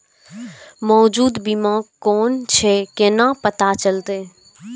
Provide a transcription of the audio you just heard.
मौजूद बीमा कोन छे केना पता चलते?